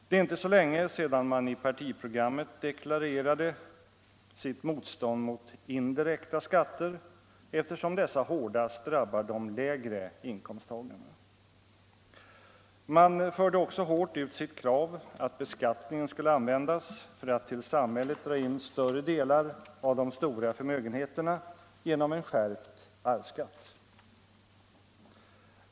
Det är inte så länge sedan man i partiprogrammet deklarerade sitt motstånd mot indirekta skatter, eftersom dessa hårdast drabbar de lägre inkomsttagarna. Man förde också hårt ut sitt krav att beskattningen skulle användas för att till samhället dra in större delar av de stora förmögenheterna genom en skärpt arvsskatt.